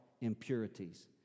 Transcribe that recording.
impurities